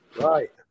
Right